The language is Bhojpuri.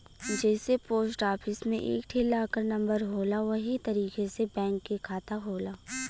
जइसे पोस्ट आफिस मे एक ठे लाकर नम्बर होला वही तरीके से बैंक के खाता होला